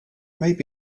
maybe